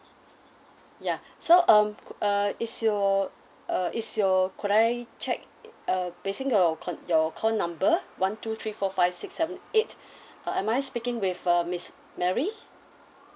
ya so um could uh is your uh is your could I check uh basing your con~ your call number one two three four five six seven eight uh am I speaking with uh miss mary